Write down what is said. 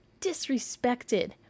disrespected